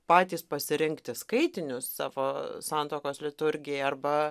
patys pasirinkti skaitinius savo santuokos liturgijai arba